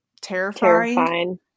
terrifying